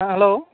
ᱦᱮᱸ ᱦᱮᱞᱳ